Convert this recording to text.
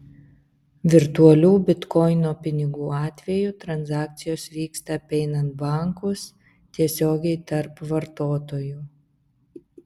virtualių bitkoino pinigų atveju transakcijos vyksta apeinant bankus tiesiogiai tarp vartotojų